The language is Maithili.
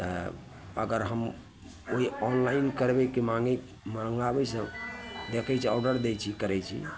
तऽ अगर हम ओहि ऑनलाइन करबैके माँगै मँगाबैसँ देखैत छी ऑर्डर दै छी करैत छी